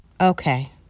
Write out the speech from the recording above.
Okay